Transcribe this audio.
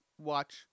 watch